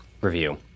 review